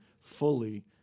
fully